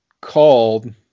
called